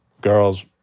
girls